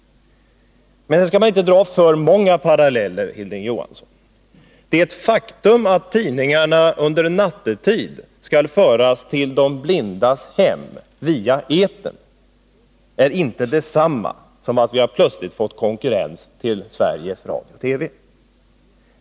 Men nu skall man inte dra för många paralleller, Hilding Johansson. Det faktum att tidningarna under nattetid skall föras till de blindas hem via etern är inte detsamma som att vi plötsligt fått konkurrens till Sveriges Radio och TV.